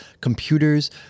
computers